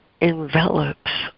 envelops